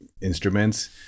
instruments